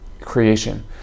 creation